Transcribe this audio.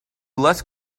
less